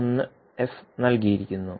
1 F നൽകിയിരിക്കുന്നു